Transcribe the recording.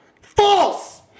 False